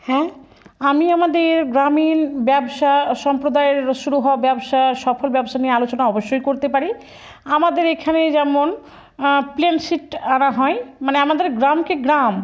হ্যাঁ আমি আমাদের গ্রামীণ ব্যবসা সম্প্রদায়ের শুরু হওয়া ব্যবসা সফল ব্যবসা নিয়ে আলোচনা অবশ্যই করতে পারি আমাদের এখানে যেমন প্লেনশিট আনা হয় মানে আমাদের গ্রামকে গ্রাম